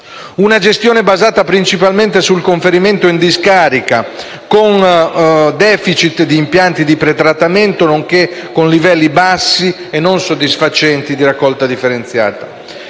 una gestione basata principalmente sul conferimento in discarica, con *deficit* di impianti di pretrattamento nonché con livelli bassi e non soddisfacenti di raccolta differenziata,